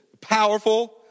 powerful